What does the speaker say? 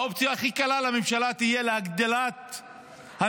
האופציה הכי קלה לממשלה תהיה הגדלת המיסים,